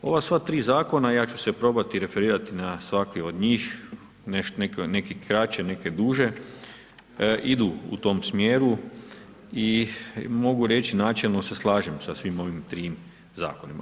Ova sva 3 zakona, ja ću se probati referirati na svaki od njih, neke kraće, neke duže, idu u tom smjeru i mogu reći, načelno se slažem sa svim ovim 3 zakonima.